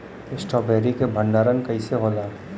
Strawberry के भंडारन कइसे होला?